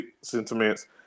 sentiments